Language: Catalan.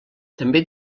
també